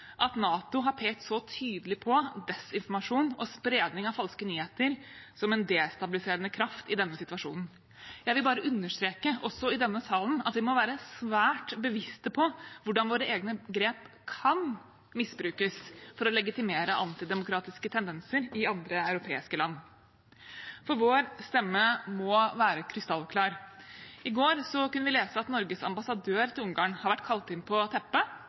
at NATO har pekt så tydelig på desinformasjon og spredning av falske nyheter som en destabiliserende kraft i denne situasjonen. Jeg vil bare understreke, også i denne salen, at vi må være svært bevisste på hvordan våre egne grep kan misbrukes for å legitimere antidemokratiske tendenser i andre europeiske land. For vår stemme må være krystallklar. I går kunne vi lese at Norges ambassadør til Ungarn har vært kalt inn på teppet